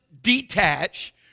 detach